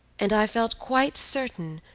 and i felt quite certain,